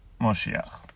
Moshiach